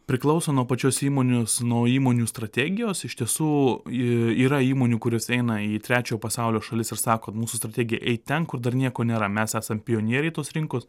priklauso nuo pačios įmonės nuo įmonių strategijos iš tiesų y yra įmonių kurios eina į trečiojo pasaulio šalis ir sako kad mūsų strategija eit ten kur dar nieko nėra mes esam pionieriai tos rinkos